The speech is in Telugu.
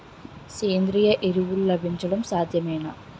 సేంద్రీయ ఎరువులు లభించడం సాధ్యమేనా?